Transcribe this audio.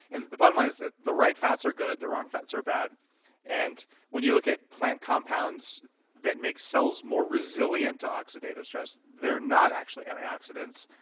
and the bottom line is the right fats are good, the wrong fats are bad and when you look at plant compounds that make cells more resilient to oxidative stress, they're not actually antioxidants,